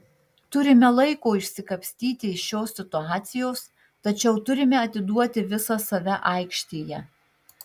turime laiko išsikapstyti iš šios situacijos tačiau turime atiduoti visą save aikštėje